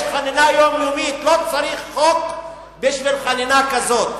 יש חנינה יומיומית, לא צריך חוק בשביל חנינה כזו.